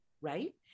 Right